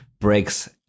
breaks